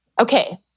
Okay